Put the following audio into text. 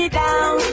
down